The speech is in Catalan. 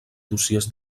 dossiers